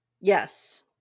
Yes